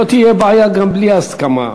לא תהיה בעיה גם בלי הסכמה.